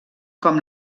com